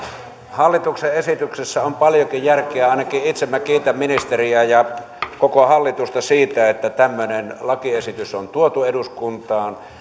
hallituksen esityksessä on paljonkin järkeä ainakin itse minä kiitän ministeriä ja koko hallitusta siitä että tämmöinen lakiesitys on tuotu eduskuntaan